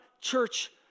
church